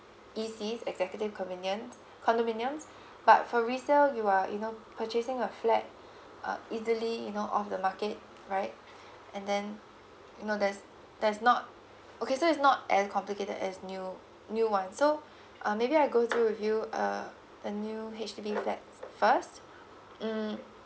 E_C's executive convenience condominiums but for resale you are you know purchasing a flat uh easily you know off the market right and then you know there's there's not okay so it's not as complicated as new new one so uh maybe I go through with you uh the new H_D_B flats first mm